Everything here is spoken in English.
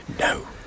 No